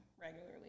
regularly